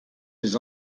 les